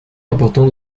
important